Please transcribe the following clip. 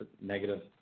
negative